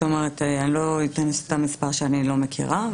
אני לא אתן סתם מספר שאני לא מכירה,